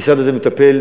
המשרד הזה מטפל,